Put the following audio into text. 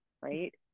right